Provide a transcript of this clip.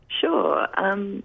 Sure